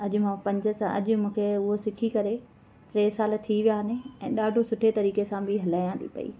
अॼु मां अॼु मूंखे उहो सिखी करे टे साल थी विया आहिनि ऐं ॾाढो सुठे तरीके सां बि हलायां थी पई